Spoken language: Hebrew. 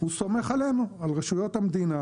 סומך עלינו על רשויות המדינה